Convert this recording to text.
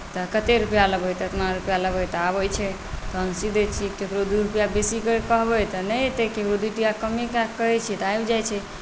तऽ कतेक रुपैआ लेबै तऽ एतना रुपैआ लेबै तऽ आबैत छै तहन सी दैत छियै ककरो दू रुपैआ बेसी कहबै तऽ नहि एतै तऽ दू रुपैआ कमे कए कऽ कहैत छियै तऽ आबि जाइत छै